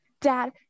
Dad